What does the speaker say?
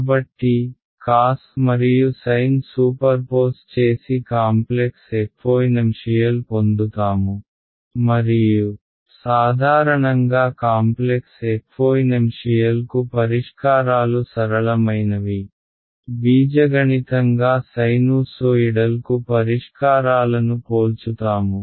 కాబట్టి cos మరియు sin superpose చేసి కాంప్లెక్స్ ఎక్ఫోెనెంషియల్ పొందుతాము మరియు సాధారణంగా కాంప్లెక్స్ ఎక్ఫోెనెంషియల్ కు పరిష్కారాలు సరళమైనవి బీజగణితంగా సైనూసోయిడల్ కు పరిష్కారాలను పోల్చుతాము